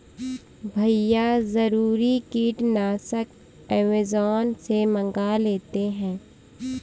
भैया जरूरी कीटनाशक अमेजॉन से मंगा लेते हैं